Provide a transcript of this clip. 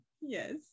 yes